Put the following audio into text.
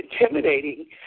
intimidating